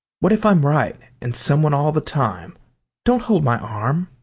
what if i'm right, and someone all the time don't hold my arm!